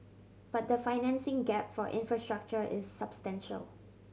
but the financing gap for infrastructure is substantial